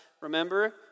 Remember